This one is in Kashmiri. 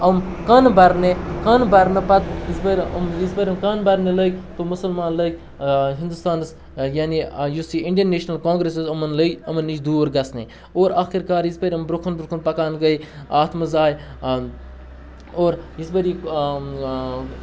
یِم کَن بَرنہِ کَن بَرنہٕ پَتہٕ یِژ پھِر یِم یِژ پھِر کَن بَرنہِ لٔگۍ تہٕ مُسلمان لٔگۍ ہِندوستانَس یعنے یُس یہِ اِنڈیَن نیشنَل کانٛگرٮ۪س ٲسۍ یِمَن لٔگۍ یِمَن نِش دوٗر گژھنہِ اور آخر کار یِژ پھِر یِم برونٛہہ کُن برونٛہہ کُن پَکان گٔے اَتھ منٛز آے اور یِژ پھِر یِم